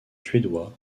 suédois